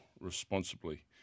responsibly